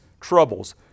troubles